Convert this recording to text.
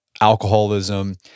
alcoholism